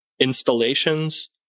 installations